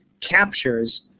captures